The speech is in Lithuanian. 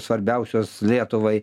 svarbiausios lietuvai